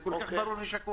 זה כל כך ברור ושקוף.